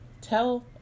tell